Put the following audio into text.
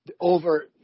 over